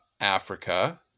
Africa